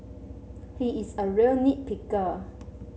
he is a real nit picker